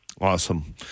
awesome